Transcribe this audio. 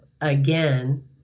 again